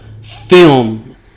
film